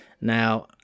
now